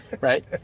right